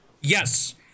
Yes